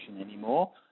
anymore